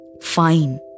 fine